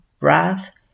wrath